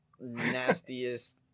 Nastiest